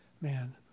man